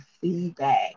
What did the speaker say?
feedback